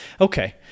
Okay